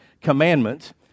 commandments